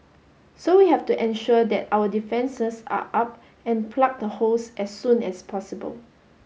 so we have to ensure that our defences are up and plug the holes as soon as possible